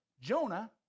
Jonah